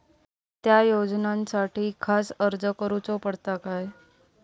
त्या योजनासाठी खास अर्ज करूचो पडता काय?